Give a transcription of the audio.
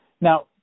Now